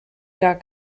gar